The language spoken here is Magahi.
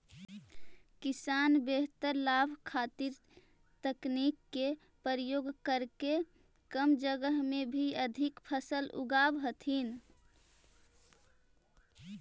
किसान बेहतर लाभ खातीर तकनीक के प्रयोग करके कम जगह में भी अधिक फसल उगाब हथिन